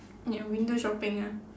ya window shopping ah